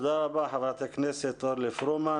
תודה רבה חברת הכנסת אורלי פרומן.